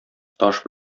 таш